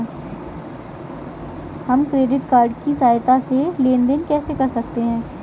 हम credit card की सहायता से लेन देन कैसे कर सकते हैं?